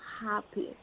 happy